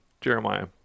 Jeremiah